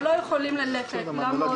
שלא יכולים ללכת ולעמוד,